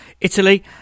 italy